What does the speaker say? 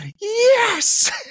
yes